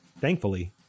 Thankfully